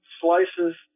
slices